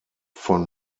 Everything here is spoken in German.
von